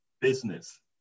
business